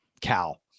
Cal